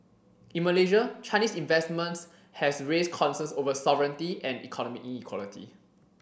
in Malaysia Chinese investments has raised concerns over sovereignty and economic inequality